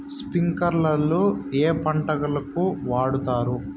స్ప్రింక్లర్లు ఏ పంటలకు వాడుతారు?